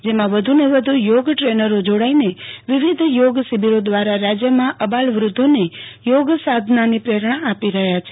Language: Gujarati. જેમાં વધુને વધુ થોગ દ્રેનરો જોડાઇને વિવિધ થોગ શિબિરો દ્વારા રાજ્યમાં અબાલવૃ ધ્ધોને યોગસાધનાની પ્રેરણા આપી રહ્યાં છે